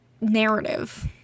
narrative